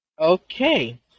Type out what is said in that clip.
Okay